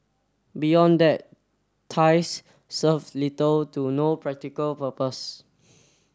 beyond that ties serve little to no practical purpose